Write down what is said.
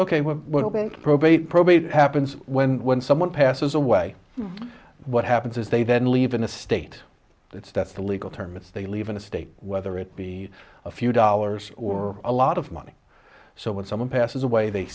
to probate probate happens when when someone passes away what happens is they then leave in a state that's that's the legal term it's they leave in a state whether it be a few dollars or a lot of money so when someone passes away they